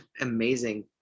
amazing